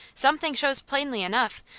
something shows plainly enough,